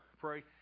pray